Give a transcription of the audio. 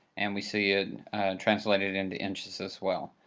and we see it translated into inches as well.